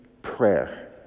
Prayer